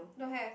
don't have